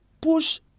push